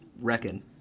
reckon